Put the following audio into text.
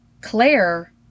Claire